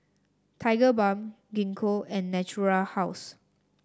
Tigerbalm Gingko and Natura House